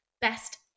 best